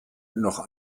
noch